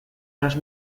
los